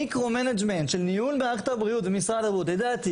מיקרו מנג'מנט של ניהול מערכת הבריאות במשרד הבריאות לדעתי